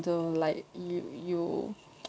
the like you you